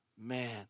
Man